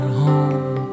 home